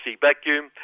vacuum